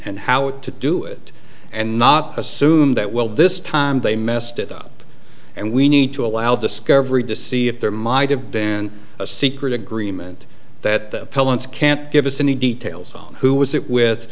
and how to do it and not assume that well this time they messed it up and we need to allow discovery deceived there might have been a secret agreement that felons can't give us any details on who was it with